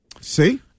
See